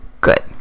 good